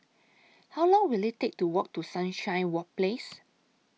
How Long Will IT Take to Walk to Sunshine Work Place